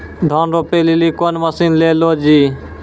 धान रोपे लिली कौन मसीन ले लो जी?